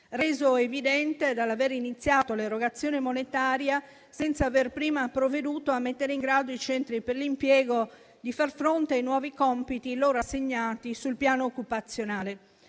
reso evidente dall'aver iniziato l'erogazione monetaria senza aver prima provveduto a mettere in grado i centri per l'impiego di far fronte ai nuovi compiti loro assegnati sul piano occupazionale.